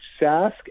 Sask